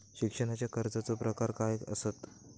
शिक्षणाच्या कर्जाचो प्रकार काय आसत?